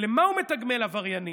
ולמה הוא מתגמל עבריינים?